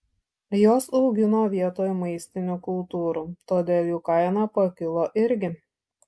juos augino vietoj maistinių kultūrų todėl jų kaina pakilo irgi